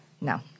No